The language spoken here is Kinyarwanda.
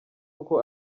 uko